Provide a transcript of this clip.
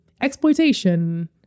exploitation